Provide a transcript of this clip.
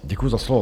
Děkuji za slovo.